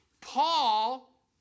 Paul